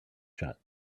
shut